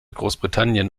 großbritannien